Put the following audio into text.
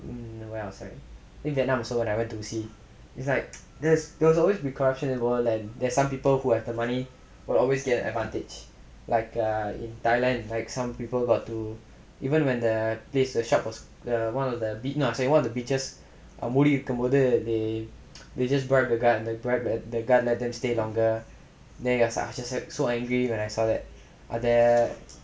where else I think vietnam also when I went to see it's like there will always be corruption in the world and there's some people who have the money will always get an advantage like err in thailand right some people got to even when the place the shop of one of the one of the beaches மூடி இருக்கும்போது:moodi irukkumpothu they they just bribe the guard and they bribe the guard and then just stay longer then I got so angry when I saw that and then